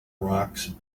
rocks